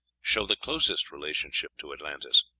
show the closest relationship to atlantis.